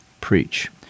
preach